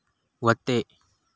व्हते